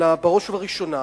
אלא בראש ובראשונה,